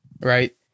right